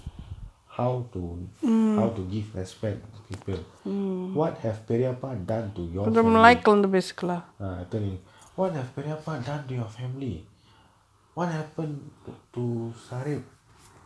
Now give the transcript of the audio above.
how to how to give respect people what have பெரியப்பா:periyappaa done to your family ah I telling what have பெரியப்பா:periyappaa done to your family what happen to sarif